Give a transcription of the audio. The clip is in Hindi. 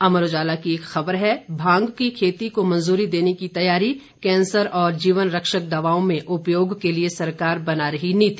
अमर उजाला की एक खबर है भांग की खेती को मंजूरी देने की तैयारी कैंसर और जीवनरक्षक दवाओं में उपयोग के लिये सरकार बना रही नीति